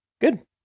good